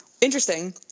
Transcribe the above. Interesting